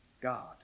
God